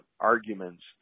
arguments